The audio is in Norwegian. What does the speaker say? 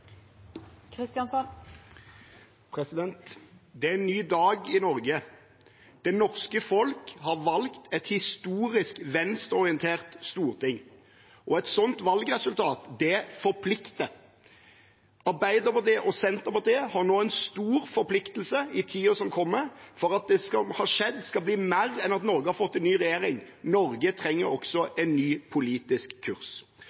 Det er en ny dag i Norge. Det norske folk har valgt et historisk venstreorientert storting. Et sånt valgresultat forplikter. Arbeiderpartiet og Senterpartiet har nå en stor forpliktelse i tiden som kommer for at det som har skjedd, skal bli mer enn at Norge har fått en ny regjering. Norge trenger også en ny politisk kurs.